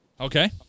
Okay